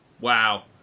Wow